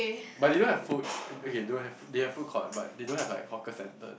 but they don't have food okay don't have they have foodcourt but they don't have like hawker centres